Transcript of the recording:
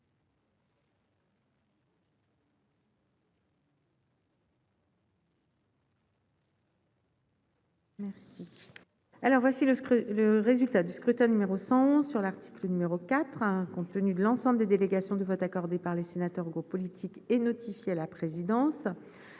voici le scrutin, le résultat du scrutin numéro 100 sur l'article numéro 4, compte tenu de l'ensemble des délégations de vote accordé par les sénateurs Hugot politique et notifié à la présidence,